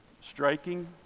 striking